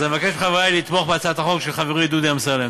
אז אני מבקש מחברי לתמוך בהצעת החוק של חברי דודי אמסלם.